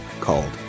called